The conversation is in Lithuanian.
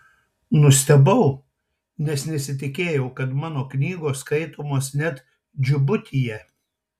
nustebau nes nesitikėjau kad mano knygos skaitomos net džibutyje